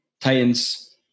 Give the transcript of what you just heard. Titans